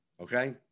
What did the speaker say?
Okay